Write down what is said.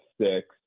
six